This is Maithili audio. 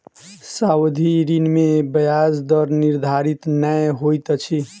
सावधि ऋण में ब्याज दर निर्धारित नै होइत अछि